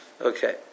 okay